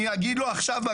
הם לא אשמים.